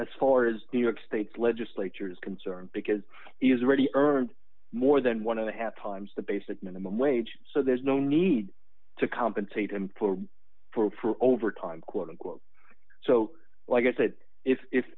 as far as new york state's legislature is concerned because he has already earned more than one and a half times the basic minimum wage so there's no need to compensate him for overtime quote unquote so like i said if